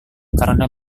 karena